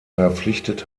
verpflichtet